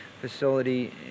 facility